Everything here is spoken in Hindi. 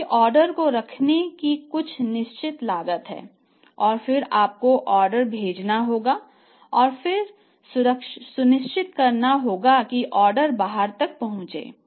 क्योंकि ऑर्डर को रखने की कुछ निश्चित लागत है और फिर आपको ऑर्डर भेजना होगा और फिर सुनिश्चित करना होगा कि ऑर्डर बाहर तक पहुंचे